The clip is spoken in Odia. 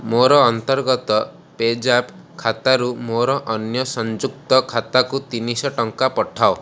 ମୋର ଅନ୍ତର୍ଗତ ପେଜାପ୍ ଖାତାରୁ ମୋର ଅନ୍ୟ ସଂଯୁକ୍ତ ଖାତାକୁ ତିନି ଶହ ଟଙ୍କା ପଠାଅ